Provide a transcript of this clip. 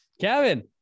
Kevin